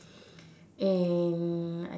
and